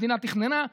המדינה תכננה,